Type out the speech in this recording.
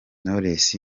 knowless